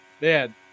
Man